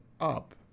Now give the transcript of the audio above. up